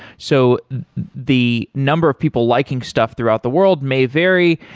so the number of people liking stuff throughout the world may vary.